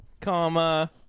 Comma